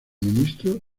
ministro